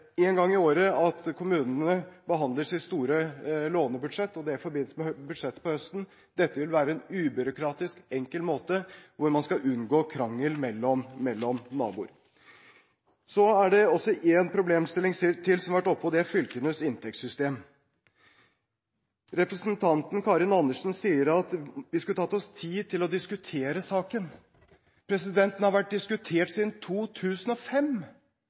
gang i året at kommunene behandler sitt store lånebudsjett, og det er i forbindelse med budsjettet på høsten. Dette vil være en ubyråkratisk, enkel måte å unngå krangel mellom naboer på. Så er det en problemstilling til som har vært oppe, og det er fylkenes inntektssystem. Representanten Karin Andersen sier at vi skulle tatt oss tid til å diskutere saken. Den har vært diskutert siden 2005!